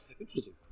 Interesting